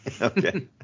Okay